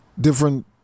different